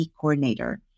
coordinator